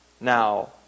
Now